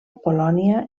polònia